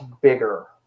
bigger